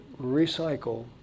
recycle